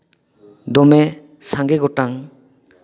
ᱫᱚᱢᱮ ᱥᱟᱸᱜᱮ ᱜᱚᱴᱟᱝ